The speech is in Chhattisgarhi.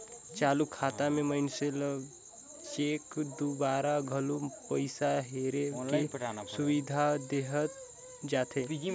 चालू खाता मे मइनसे ल चेक दूवारा घलो पइसा हेरे के सुबिधा देहल जाथे